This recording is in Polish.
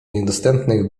niedostępnych